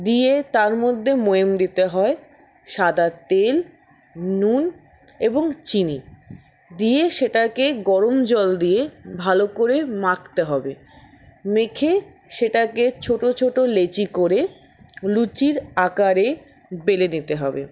দিয়ে তার মধ্যে ময়েম দিতে হয় সাদা তেল নুন এবং চিনি দিয়ে সেটাকে গরম জল দিয়ে ভালো করে মাখতে হবে মেখে সেটাকে ছোটো ছোটো লেচি করে লুচির আকারে বেলে নিতে হবে